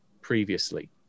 previously